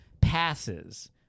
passes